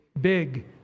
big